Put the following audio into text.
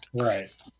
Right